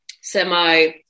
semi